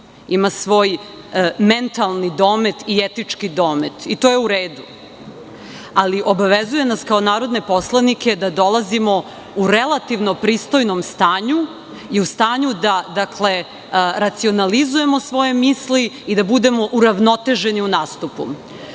ima svoj mentalni domet i etički domet i to je u redu, ali obavezuje nas kao narodne poslanike da dolazimo u relativno pristojnom stanju i u stanju da, dakle, racionalizujemo svoje misli i da budemo uravnoteženi u nastupu.